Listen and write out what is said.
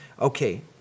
Okay